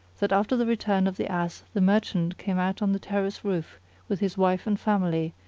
that after the return of the ass the merchant came out on the terrace roof with his wife and family,